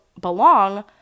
belong